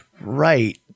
right